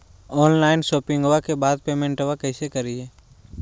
Online शोपिंग्बा के बाद पेमेंटबा कैसे करीय?